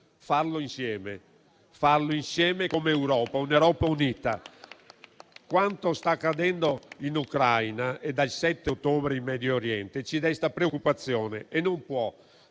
è uno: farlo insieme, come Europa, un'Europa unita. Quanto sta accadendo in Ucraina e dal 7 ottobre in Medio Oriente ci desta preoccupazione e non può